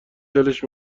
دلش